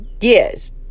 yes